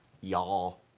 y'all